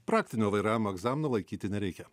praktinio vairavimo egzamino laikyti nereikia